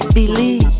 Believe